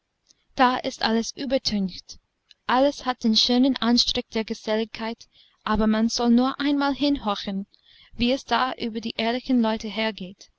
da ist alles übertüncht alles hat den schönen anstrich der geselligkeit aber man soll nur einmal hinhorchen wie es da über die ehrlichen leute hergeht